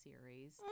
series